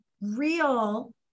real